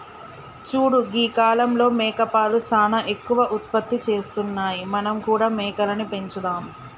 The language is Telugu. చూడు గీ కాలంలో మేకపాలు సానా ఎక్కువ ఉత్పత్తి చేస్తున్నాయి మనం కూడా మేకలని పెంచుదాం